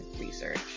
Research